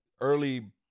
early